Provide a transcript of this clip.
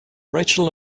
rachel